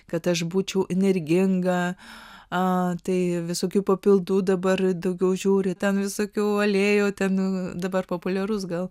kad aš būčiau energinga tai visokių papildų dabar daugiau žiūriu ten visokių aliejų ten dabar populiarus gal